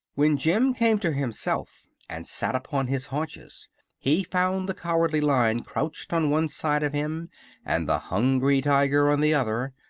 when jim came to himself and sat upon his haunches he found the cowardly lion crouched on one side of him and the hungry tiger on the other,